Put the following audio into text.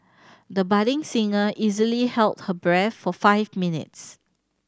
the budding singer easily held her breath for five minutes